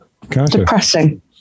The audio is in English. Depressing